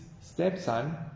stepson